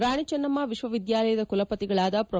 ರಾಣಿಜನ್ನಮ್ಮ ವಿಶ್ವವಿದ್ಯಾಲಯದ ಕುಲಪತಿಗಳಾದ ಪ್ರೊ